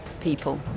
people